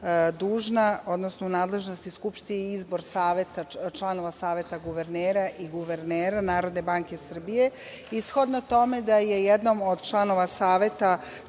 dužna, odnosno u nadležnosti Skupštine je i izbor članova Saveta guvernera i guvernera NBS. Shodno tome, da je jednom od članova Saveta,